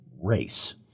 race